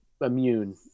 immune